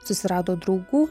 susirado draugų